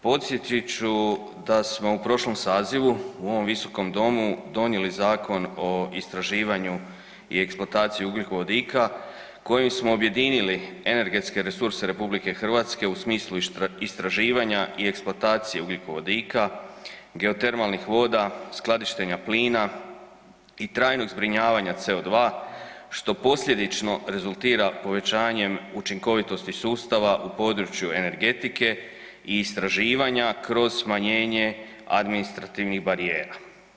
Podsjetit ću da smo u prošlom sazivu u ovom Visokom domu donijeli Zakon o istraživanju i eksploataciji ugljikovodika kojim smo objedinili energetske resurse RH u smislu istraživanja i eksploatacije ugljikovodika, geotermalnih voda, skladištenja plina i trajnog zbrinjavanja CO2, što posljedično rezultira povećanjem učinkovitosti sustava u području energetike i istraživanja kroz smanjenje administrativnih barijera.